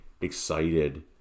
excited